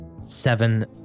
seven